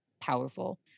powerful